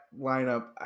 lineup